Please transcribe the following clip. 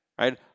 right